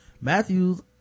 matthews